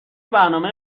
برنامه